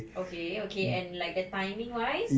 okay okay and like the timing wise